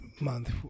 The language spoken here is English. month